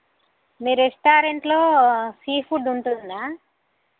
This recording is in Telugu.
మీ రెస్టారెంట్లో సీ ఫుడ్ ఉంటుందా